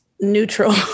neutral